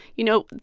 you know,